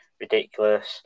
ridiculous